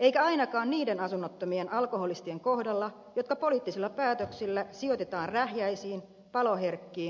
eikä ainakaan niiden asunnottomien alkoholistien kohdalla jotka poliittisilla päätöksillä sijoitetaan rähjäisiin paloherkkiin hylkytaloihin